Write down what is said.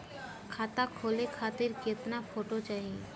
खाता खोले खातिर केतना फोटो चाहीं?